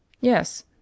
Yes